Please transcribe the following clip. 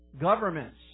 Governments